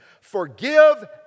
Forgive